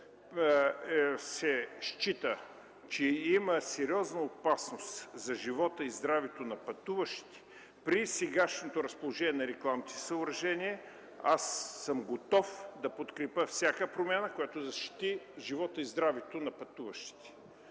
се счита, че има сериозна опасност за живота и здравето на пътуващите при сегашното разположение на рекламните съоръжения, аз съм готов да подкрепя всяка промяна, която ще защити здравето и живота на пътуващите.